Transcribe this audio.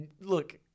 Look